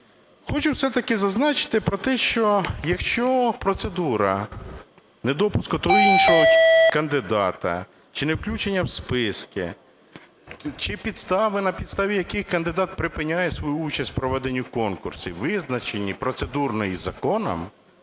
Хочу все-таки зазначити про те, що якщо процедура недопуску того, іншого кандидата чи невключення в списки, чи підстави, на підставі яких кандидат припиняє свою участь в проведенні конкурсу, визначені процедурно і законом,